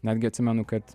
netgi atsimenu kad